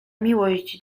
miłość